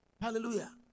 Hallelujah